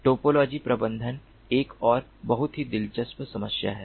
topology प्रबंधन एक और बहुत ही दिलचस्प समस्या है